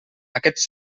aquests